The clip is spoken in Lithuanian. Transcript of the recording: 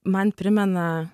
man primena